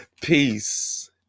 peace